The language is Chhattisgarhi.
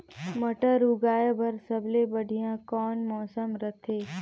मटर उगाय बर सबले बढ़िया कौन मौसम रथे?